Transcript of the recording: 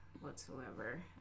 whatsoever